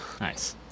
Nice